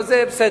אבל זה בסדר.